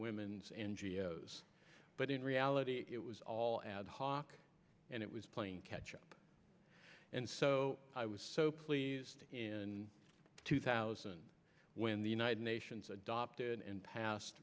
women's n g o s but in reality it was all ad hoc and it was playing catch up and so i was so pleased in two thousand when the united nations adopted and pas